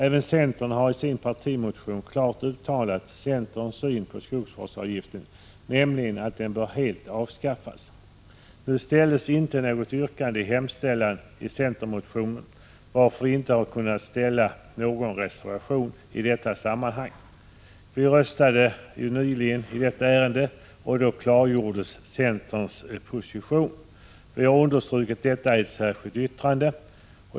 Även centern har i sin partimotion klart uttalat centerns syn på skogsvårdsavgiften, nämligen att den helt bör avskaffas. Nu ställdes inte något yrkande i hemställan i centermotionen, varför vi inte har kunnat avge någon reservation i detta sammanhang. Vi röstade ju nyligen i det här ärendet, och då klargjordes centerns position. Vi har understrukit detta i ett särskilt yttrande.